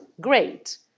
Great